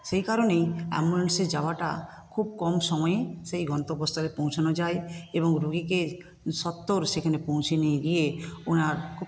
সেই কারণেই অ্যাম্বুলেন্সে যাওয়াটা খুব কম সময়ে সেই গন্তব্যস্থলে পৌঁছানো যায় এবং রুগীকে সত্ত্বর সেখানে পৌঁছে নিয়ে গিয়ে ওনার খুব